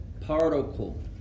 particle